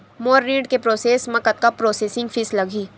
मोर ऋण के प्रोसेस म कतका प्रोसेसिंग फीस लगही?